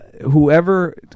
whoever